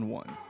one